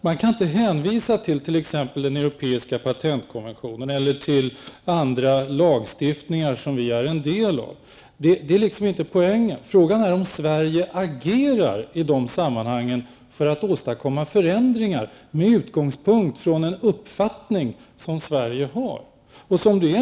Man kan inte hänvisa till exempelvis den europeiska patentkonventionen eller till andra lagstiftningar som vi är så att säga en del av. Det är inte poängen. Frågan är om Sverige agerar i sammanhangen för att åstadkomma förändringar med utgångspunkt i en uppfattning som Sverige har.